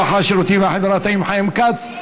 הרווחה והשירותים החברתיים חיים כץ.